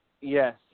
Yes